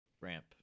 ramp